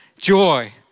Joy